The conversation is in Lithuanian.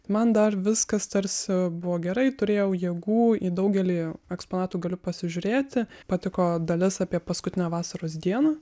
man dar viskas tarsi buvo gerai turėjau jėgų į daugelį eksponatų galiu pasižiūrėti patiko dalis apie paskutinę vasaros dieną